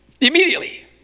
Immediately